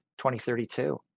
2032